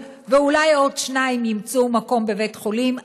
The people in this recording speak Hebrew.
ואולי עוד שניים ימצאו מקום בבית-חולים?